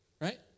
right